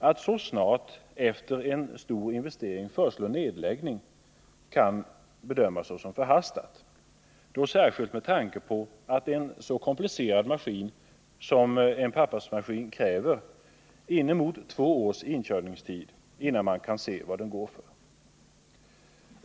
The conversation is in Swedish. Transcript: Att så snart efter en stor investering föreslå en nedläggning kan bedömas såsom förhastat, särskilt med tanke på att en så komplicerad maskin som en pappersmaskin kräver inemot två års inkörningstid, innan man kan se vad den går för.